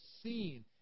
seen